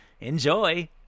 Enjoy